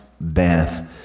bath